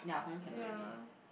ya